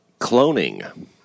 Cloning